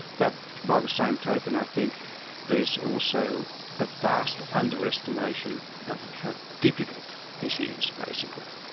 but by the same token i think there's also a vast underestimation of how difficult this is, basically.